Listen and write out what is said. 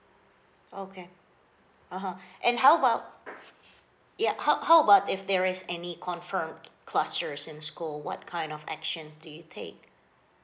okay (uh huh) and how about ya how how about if there is any confirm clusters in school what kind of action do you take